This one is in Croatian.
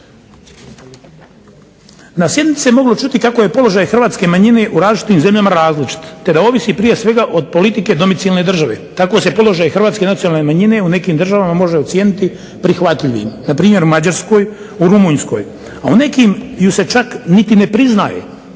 Na sjednici se moglo čuti kako je položaj hrvatske manjine u različitim zemljama različit, te da ovisi prije svega od politike domicijelne države, tako se položaj hrvatske nacionalne manjine u nekim državama može ocijeniti prihvatljivim, npr. u Mađarskoj, u Rumunjskoj, a u nekim ju se čak niti ne priznaje